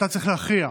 אתה צריך להכריע: